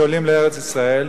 שעולים לארץ-ישראל,